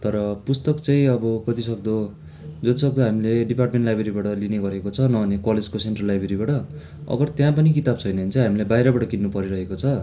तर पुस्तक चाहिँ अब कति सक्दो जति सक्दो हामीले डिपार्टमेन्ट लाइब्रेरीबाट लिने गरेको छ न भने कलेजको सेन्ट्रल लाइब्रेरीबाट अगर त्यहाँ पनि किताब छैन भने चाहिँ हामीले बाहिरबाट किन्नु परिरहेको छ